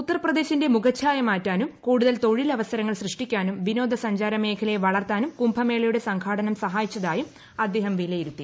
ഉത്തർപ്രദേശിന്റെ മുഖഛായ മാറ്റാനും കൂടുതൽ തൊഴിലവസരങ്ങൾ സൃഷ്ടിക്കാനും വിനോദസഞ്ചാര മേഖലയെ വളർത്താനും കുംഭമേളയുടെ സംഘാടനം സഹായിച്ചതായും അദ്ദേഹം വിലയിരുത്തി